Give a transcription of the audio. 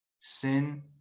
sin